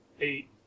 eight